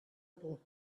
por